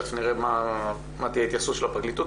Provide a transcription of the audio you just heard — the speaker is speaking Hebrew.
תכף נראה מה תהיה ההתייחסות של הפרקליטות.